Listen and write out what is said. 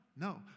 No